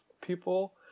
people